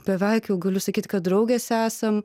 beveik jau galiu sakyt kad draugės esam